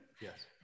Yes